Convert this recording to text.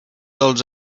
dels